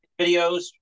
Videos